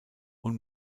und